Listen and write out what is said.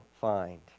find